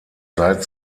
seit